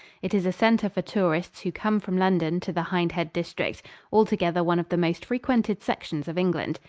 it is a center for tourists who come from london to the hindhead district altogether one of the most frequented sections of england.